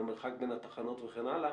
המרחק בין התחנות וכן הלאה,